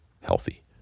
healthy